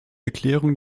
erklärung